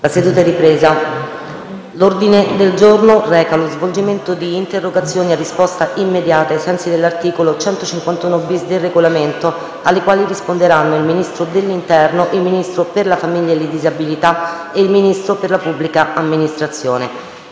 una nuova finestra"). L'ordine del giorno reca lo svolgimento di interrogazioni a risposta immediata (cosiddetto *question time*), ai sensi dell'articolo 151-*bis* del Regolamento, alle quali risponderanno il Ministro dell'interno, il Ministro per la famiglia e le disabilità e il Ministro per la pubblica amministrazione.